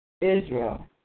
Israel